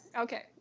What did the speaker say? okay